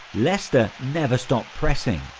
leicester never stop pressing.